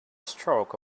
stroke